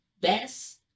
best